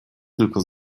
tylko